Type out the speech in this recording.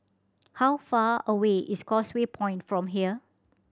how far away is Causeway Point from here